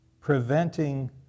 preventing